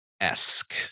esque